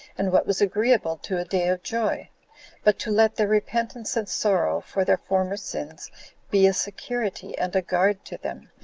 and what was agreeable to a day of joy but to let their repentance and sorrow for their former sins be a security and a guard to them,